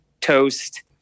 toast